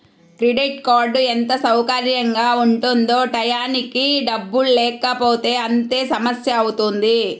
credit card ఎంత సౌకర్యంగా ఉంటుందో టైయ్యానికి డబ్బుల్లేకపోతే అంతే సమస్యవుతుంది